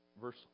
verse